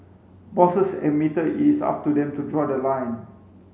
bosses admitted it is up to them to draw the line